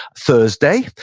thursday,